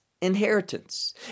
inheritance